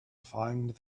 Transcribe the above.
find